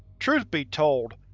truth be told,